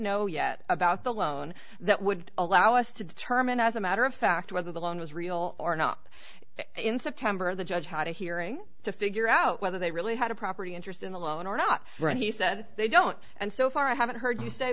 know yet about the loan that would allow us to determine as a matter of fact whether the loan was real or not in september the judge had a hearing to figure out whether they really had a property interest in the loan or not and he said they don't and so far i haven't heard